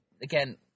again